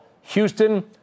Houston